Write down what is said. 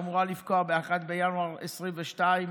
והיא אמורה לפקוע ב-1 בינואר 2022,